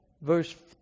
verse